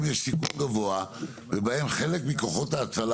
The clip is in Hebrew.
יש סיכון גבוה ובהן חלק מכוחות ההצלה